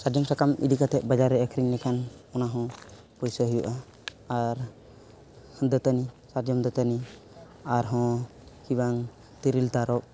ᱥᱟᱨᱡᱚᱢ ᱥᱟᱠᱟᱢ ᱤᱫᱤ ᱠᱟᱛᱮ ᱵᱟᱡᱟᱨ ᱨᱮ ᱟᱹᱠᱷᱟᱨᱤᱧ ᱞᱮᱠᱷᱟᱱ ᱚᱱᱟ ᱦᱚᱸ ᱯᱚᱭᱥᱟ ᱦᱩᱭᱩᱜᱼᱟ ᱟᱨ ᱫᱟᱹᱛᱟᱹᱱᱤ ᱥᱟᱨᱡᱚᱢ ᱫᱟᱹᱛᱟᱹᱱᱤ ᱟᱨᱦᱚᱸ ᱠᱤ ᱵᱟᱝ ᱛᱮᱨᱮᱞ ᱛᱟᱨᱚᱵᱽ